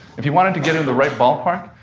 if you wanted to get into the right ballpark,